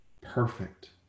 perfect